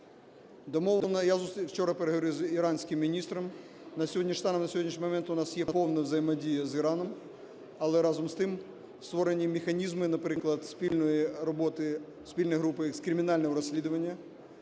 я вчора переговорив з іранським міністром, станом на сьогоднішній момент у нас є повна взаємодія з Іраном, але разом з тим створені механізми, наприклад, спільної роботи, спільної групи з кримінального розслідування.